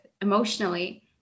emotionally